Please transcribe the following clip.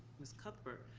miss cuthbert,